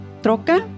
troca